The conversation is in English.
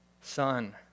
son